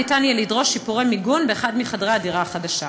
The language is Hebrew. יהיה אפשר לדרוש שיפורי מיגון באחד מחדרי הדירה החדשה.